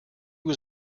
was